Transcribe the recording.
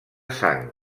sang